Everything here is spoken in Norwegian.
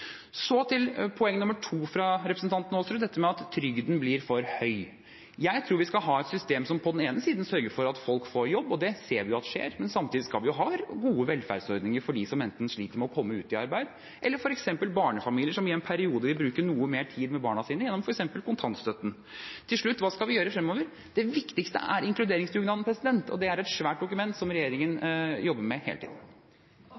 Så til poeng nummer to fra representanten Aasrud, dette med at trygden blir for høy. Jeg tror vi skal ha et system som på den ene siden sørger for at folk får jobb, og det ser vi jo skjer, men samtidig skal vi ha gode velferdsordninger for dem som sliter med å komme ut i arbeid, eller for f.eks. barnefamilier som i en periode vil bruke noe mer tid med barna sine, bl.a. gjennom kontantstøtten. Til slutt: Hva skal vi gjøre fremover? Det viktigste er inkluderingsdugnaden, og det er et svært dokument som regjeringen jobber med hele tiden.